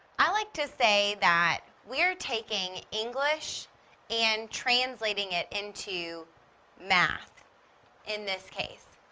i like to say that we're taking english and translating it into math in this case.